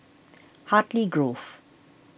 Hartley Grove